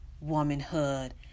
womanhood